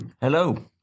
Hello